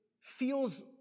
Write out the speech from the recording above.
feels